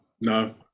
no